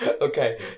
Okay